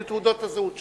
עם תעודות הזהות שלהם.